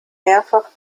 mehrfach